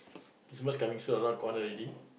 Christmas coming soon a lot gone already